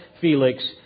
Felix